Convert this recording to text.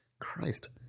Christ